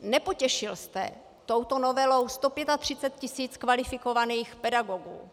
Nepotěšil jste touto novelou 135 tisíc kvalifikovaných pedagogů,